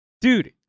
Dude